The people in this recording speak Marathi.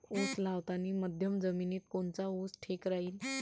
उस लावतानी मध्यम जमिनीत कोनचा ऊस ठीक राहीन?